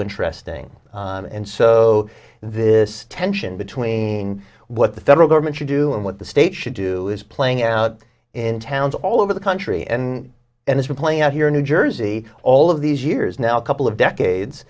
interesting and so this tension between what the federal government should do and what the state should do is playing out in towns all over the country and and as for playing out here in new jersey all of these years now a couple of decades